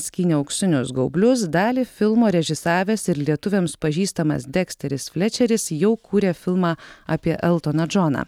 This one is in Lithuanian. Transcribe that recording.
skynė auksinius gaublius dalį filmo režisavęs ir lietuviams pažįstamas deksteris flečeris jau kūrė filmą apie eltoną džoną